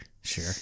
Sure